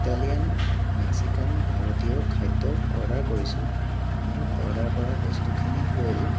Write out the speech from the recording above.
Italian Mexican ভাৰতীয় খাদ্য order কৰিছোঁ মোৰ অৰ্ডাৰ কৰা বস্তুখিনি হ'ল